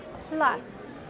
plus